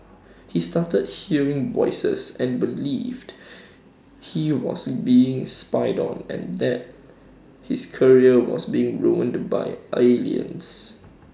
he started hearing voices and believed he was being spied on and that his career was being ruined the by aliens